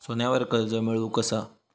सोन्यावर कर्ज मिळवू कसा?